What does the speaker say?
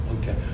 Okay